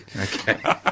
Okay